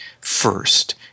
first